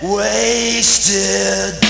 wasted